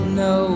no